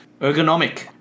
Ergonomic